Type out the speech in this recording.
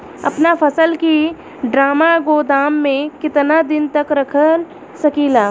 अपना फसल की ड्रामा गोदाम में कितना दिन तक रख सकीला?